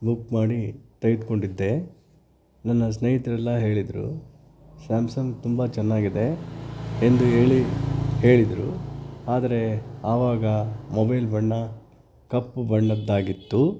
book ಮಾಡಿ ತೆಗದ್ಕೊಂಡಿದ್ದೆ ನನ್ನ ಸ್ನೇಹಿತರೆಲ್ಲ ಹೇಳಿದ್ರು ಸ್ಯಾಮ್ಸಂಗ್ ತುಂಬ ಚೆನ್ನಾಗಿದೆ ಎಂದು ಹೇಳಿ ಹೇಳಿದ್ರು ಆದರೆ ಆವಾಗ ಮೊಬೈಲ್ ಬಣ್ಣ ಕಪ್ಪು ಬಣ್ಣದಾಗಿತ್ತು